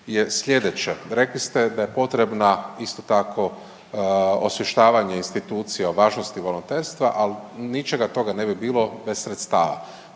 je slijedeće. Rekli ste da je potrebna isto tako osvještavanje institucija o važnosti volonterstva, ali ničega toga ne bi bilo bez sredstava.